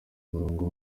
murongo